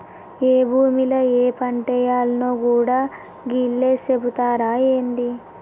ఏ భూమిల ఏ పంటేయాల్నో గూడా గీళ్లే సెబుతరా ఏంది?